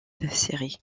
série